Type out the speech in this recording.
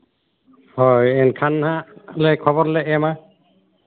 ᱦᱳᱭ ᱮᱱᱠᱷᱟᱱ ᱦᱟᱸᱜ ᱞᱮ ᱠᱷᱚᱵᱚᱨᱨ ᱞᱮ ᱮᱢᱟ